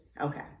Okay